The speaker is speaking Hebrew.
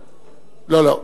לא, לא.